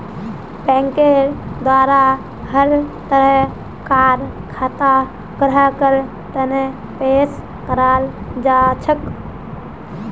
बैंकेर द्वारा हर तरह कार खाता ग्राहकेर तने पेश कराल जाछेक